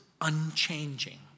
unchanging